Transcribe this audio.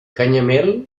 canyamel